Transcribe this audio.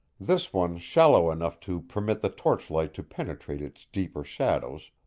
this one shallow enough to permit the torchlight to penetrate its deeper shadows,